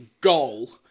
goal